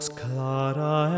clara